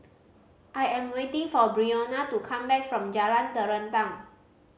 I am waiting for Brionna to come back from Jalan Terentang